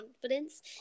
confidence